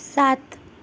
सात